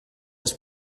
its